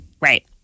Right